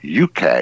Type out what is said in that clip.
UK